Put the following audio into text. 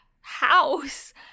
house